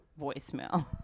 voicemail